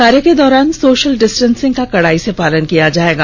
कार्य के दौरान सोषल डिस्टेसिंग का कड़ाई से पालन किया जाएगा